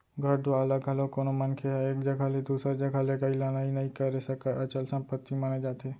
घर दुवार ल घलोक कोनो मनखे ह एक जघा ले दूसर जघा लेगई लनई नइ करे सकय, अचल संपत्ति माने जाथे